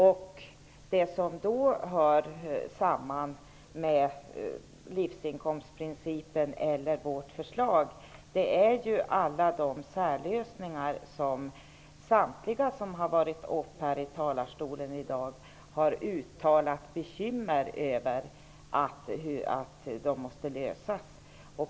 Det som då skiljer livsinkomstprincipen från vårt förslag är alla de särlösningar som samtliga som varit uppe i talarstolen i dag har uttalat bekymmer över. De måste lösas.